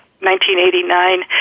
1989